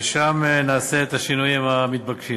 ושם נעשה את השינויים המתבקשים.